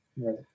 Right